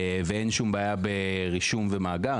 ואין שום בעיה ברישום ובמאגר,